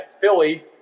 Philly